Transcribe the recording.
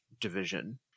division